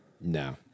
no